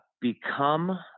become